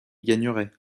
gagnerait